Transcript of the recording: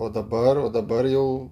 o dabar o dabar jau